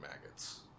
maggots